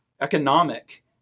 economic